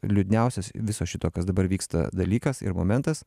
liūdniausias viso šito kas dabar vyksta dalykas ir momentas